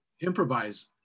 improvise